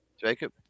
Jacob